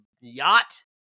yacht